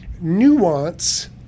nuance